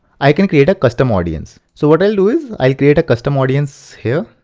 i can create a custom audience. so what i'll do is, i'll create a custom audience here,